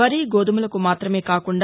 వరి గోధుమలకు మాత్రమే కాకుండా